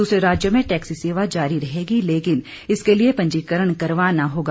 दूसरे राज्यों में टैक्सी सेवा जारी रहेगी लेकिन इसके लिए पंजीकरण करवाना होगा